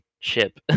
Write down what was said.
ship